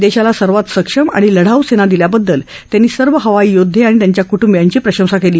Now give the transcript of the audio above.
देशाला सर्वात सक्षम आणि लढाऊ सेना दिल्याबद्दल त्यांनी सर्व हवाई योदधे आणि त्यांच्या कुटुंबियांची प्रशंसा केली